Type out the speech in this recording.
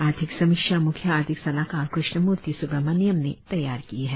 आर्थिक समीक्षा मुख्य आर्थिक सलाहकार कृष्ण्मूर्ति सुब्रहमण्यम ने तैयार की है